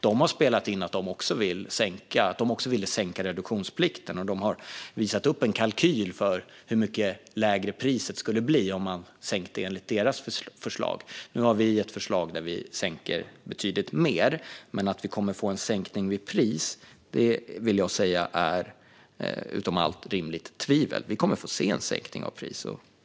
De har gjort inspel om att de också ville sänka reduktionsplikten, och de har visat upp en kalkyl för hur mycket lägre priset skulle bli om man sänkte enligt deras förslag. Nu har vi ett förslag där vi sänker betydligt mer, men jag vill säga att det är ställt bortom allt rimligt tvivel att vi kommer att få en sänkning av priset.